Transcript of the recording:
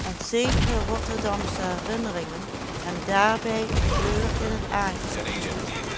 en zekere rotterdamsche herinneringen hem daarbij een kleur in t aangezicht